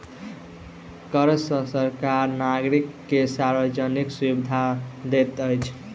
कर सॅ सरकार नागरिक के सार्वजानिक सुविधा दैत अछि